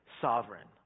sovereign